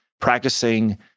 practicing